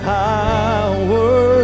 power